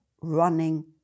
running